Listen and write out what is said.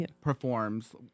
performs